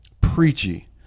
preachy